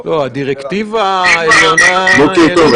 לא, הדירקטיבה היא --- בוקר טוב.